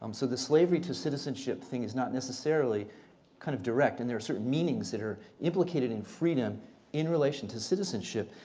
um so the slavery to citizenship thing is not necessarily kind of direct. and there are certain meanings that are implicated in freedom in relation to citizenship.